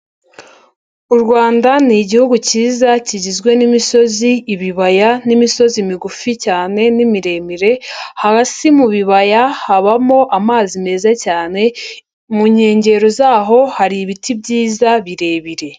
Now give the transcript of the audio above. U Rwanda ni igihugu cyiza kigizwe n'imisozi, ibibaya n'imisozi migufi cyane n'imiremire, hasi mu bibaya habamo amazi meza cyane, mu nkengero zaho hari ibiti byiza birebire.